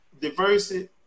diversity